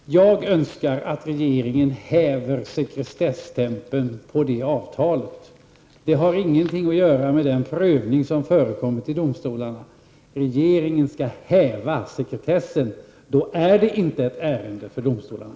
Fru talman! Jag önskar att regeringen häver sekretesstämpeln på detta avtal. Det har ingenting att göra med den prövning som förekommit i domstolarna. Regeringen skall häva sekretessen, och det är inte ett ärende för domstolarna.